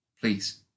Please